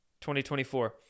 2024